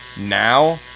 now